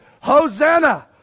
Hosanna